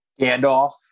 Gandalf